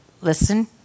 listen